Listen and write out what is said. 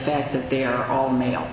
fact that they are all male